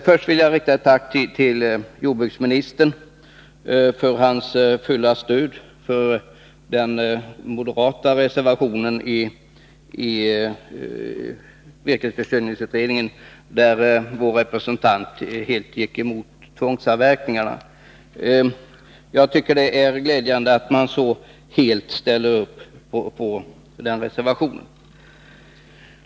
Först vill jag rikta ett tack till jordbruksministern för hans fulla stöd för den moderata reservationen i virkesförsörjningsutredningen, där vår representant helt gick emot tvångsavverkningar. Jag tycker att det är glädjande att han så helt ställer upp för den reservationen.